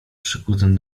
przykutym